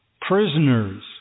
prisoners